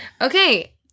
Okay